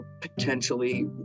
potentially